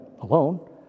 alone